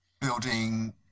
building